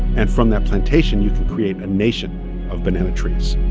and from that plantation, you could create a nation of banana trees